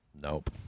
Nope